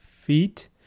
feet